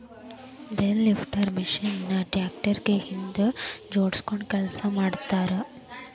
bale lifter machine ನ tractor ಗೆ ಹಿಂದ್ ಜೋಡ್ಸ್ಕೊಂಡು ಕೆಲಸ ಮಾಡ್ತಾರ